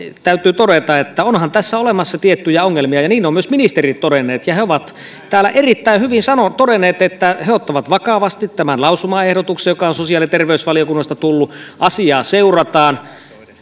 täytyy todeta että onhan tässä olemassa tiettyjä ongelmia ja niin ovat myös ministerit todenneet he ovat täällä erittäin hyvin todenneet että he ottavat vakavasti tämän lausumaehdotuksen joka on sosiaali ja terveysvaliokunnasta tullut asiaa seurataan